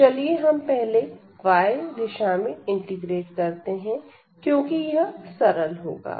तो चलिए हम पहले y दिशा में इंटीग्रेट करते हैं क्योंकि यह सरल होगा